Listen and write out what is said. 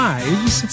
Lives